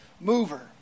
mover